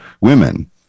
women